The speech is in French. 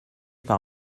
par